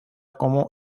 como